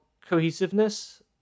cohesiveness